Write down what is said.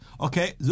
okay